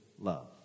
love